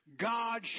God